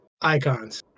icons